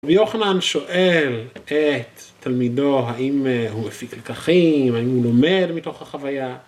רבי יוחנן שואל את תלמידו האם הוא מפיק לקחים, האם הוא לומד מתוך החוויה.